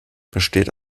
bestand